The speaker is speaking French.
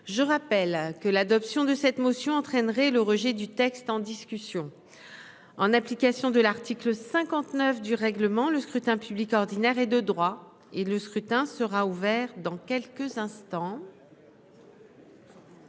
je rappelle que l'adoption de cette motion entraînerait le rejet du texte en discussion en application de l'article 59 du règlement, le scrutin public ordinaire et de droit et le scrutin sera ouvert dans quelques instants.